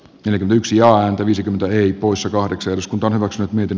lbyksi ainakin viisikymmentä eri poissa kahdeksan osku torrokset miten